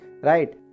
right